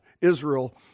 Israel